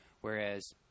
whereas